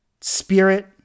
spirit